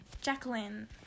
Jacqueline